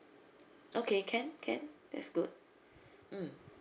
okay can can that's good mm